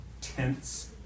tense